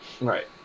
Right